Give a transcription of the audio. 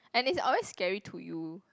and it's always scary to you